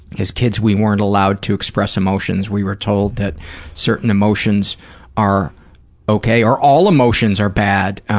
as kids, we weren't allowed to express emotions. we were told that certain emotions are okay or all emotions are bad,